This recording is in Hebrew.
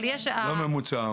לא ממוצע.